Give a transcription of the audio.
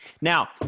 now